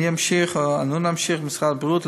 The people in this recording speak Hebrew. משרד הבריאות,